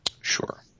Sure